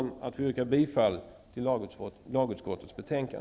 Jag ber att få yrka bifall till lagutskottets hemställan.